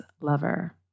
lover